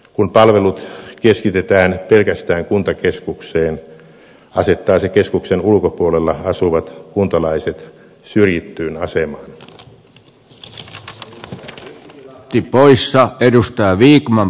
kun palvelut keskitetään pelkästään kuntakeskukseen asettaa se keskuksen ulkopuolella asuvat kuntalaiset syrjittyyn asemaan